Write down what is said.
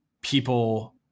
people